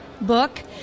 book